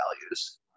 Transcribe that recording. values